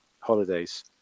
holidays